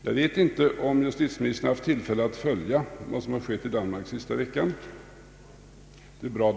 Jag vet inte om justitieministern har haft tillfälle att följa vad som har skett i Danmark under den sista veckan.